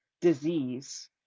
disease